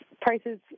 prices